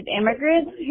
immigrants